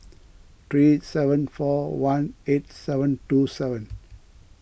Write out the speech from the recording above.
three seven four one eight seven two seven